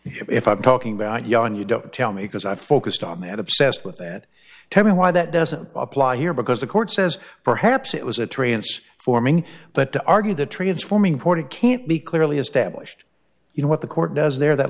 if i'm talking about yarn you don't tell me because i focused on that obsessed with it tell me why that doesn't apply here because the court says perhaps it was a trance forming but to argue that transforming portie can't be clearly established you know what the court does there that